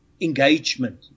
engagement